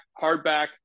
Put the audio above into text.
hardback